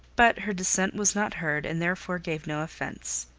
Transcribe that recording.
but her dissent was not heard, and therefore gave no offence.